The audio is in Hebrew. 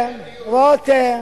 רותם,